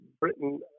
britain